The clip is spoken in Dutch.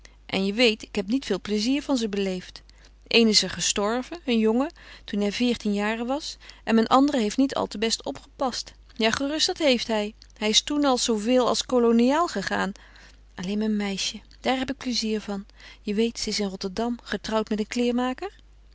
en je weet ik heb niet veel pleizier van ze beleefd een is er gestorven een jongen toen hij veertien jaren was en mijn andere heeft niet al te best opgepast ja gerust dat heeft hij hij is toen als zooveel als koloniaal gegaan alleen mijn meisje daar heb ik pleizier van je weet ze is in rotterdam getrouwd met een kleêrmaker